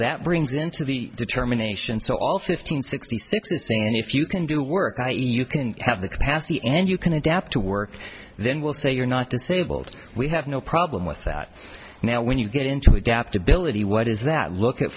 that brings into the determination so all fifteen sixty six this thing and if you can do work i e you can have the capacity and you can adapt to work then we'll say you're not disabled we have no problem with that now when you get into adaptability what is that look at